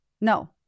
No